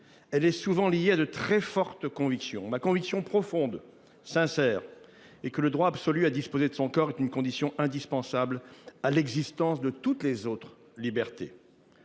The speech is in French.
elle est souvent liée à de très fortes convictions. Ma conviction profonde, sincère, est que le droit absolu à disposer de son corps est une condition indispensable à l’existence de toutes les autres libertés.